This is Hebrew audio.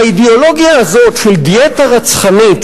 האידיאולוגיה הזאת של דיאטה רצחנית